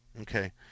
Okay